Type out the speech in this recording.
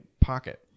pocket